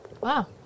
Wow